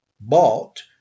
bought